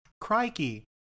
Crikey